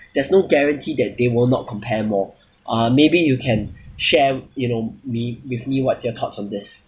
there's no guarantee that they will not compare more uh maybe you can share you know me with me what's your thoughts on this